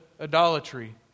idolatry